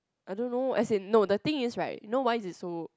I don't know as in no the thing is right you know why is it so